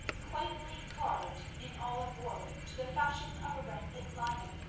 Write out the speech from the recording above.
quaintly carved in olive wood to the fashion of a rampant lion.